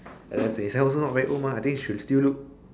and then twenty seven also not very old mah I think should still look